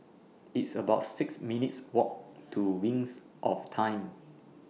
It's about six minutes' Walk to Wings of Time